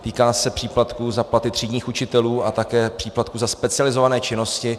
Týká se příplatků za platy třídních učitelů a také příplatků za specializované činnosti.